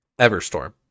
Everstorm